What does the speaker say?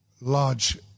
large